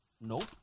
nope